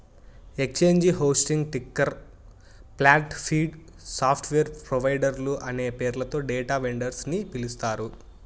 exchange hosting, ticker plant, feed, software ప్రొవైడర్లు అనే పేర్లతో డేటా వెండర్స్ ని పిలుస్తారు